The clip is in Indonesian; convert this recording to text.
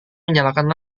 menyalakan